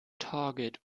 target